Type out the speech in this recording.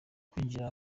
kwinjira